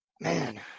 man